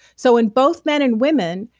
so in both men and women,